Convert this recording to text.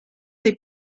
des